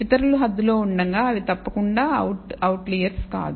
ఇతరులు హద్దులో ఉండగా అవి తప్పకుండా అవుట్ అవుట్లర్స్ కాదు